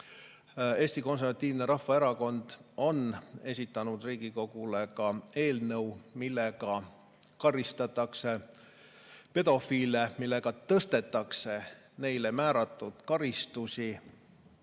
Eesti Konservatiivne Rahvaerakond on esitanud Riigikogule ka eelnõu, millega karistatakse pedofiile, millega tõstetakse neile määratud karistusi